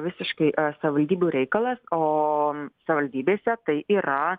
visiškai savivaldybių reikalas o savivaldybėse tai yra